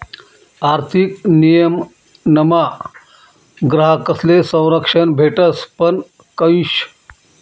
आर्थिक नियमनमा ग्राहकस्ले संरक्षण भेटस पण कशं